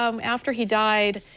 um after he died,